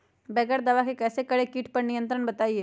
बगैर दवा के कैसे करें कीट पर नियंत्रण बताइए?